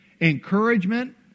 Encouragement